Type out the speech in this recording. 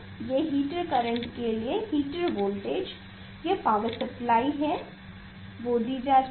ये heater current के लिए हीटर वोल्टेज या जो पावर सप्लाइ है वो दी जाती है